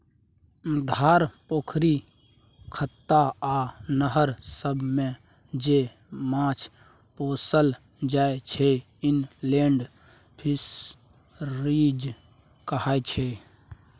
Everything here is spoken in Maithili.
धार, पोखरि, खत्ता आ नहर सबमे जे माछ पोसल जाइ छै इनलेंड फीसरीज कहाय छै